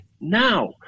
now